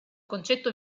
concetto